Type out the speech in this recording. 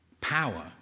power